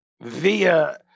via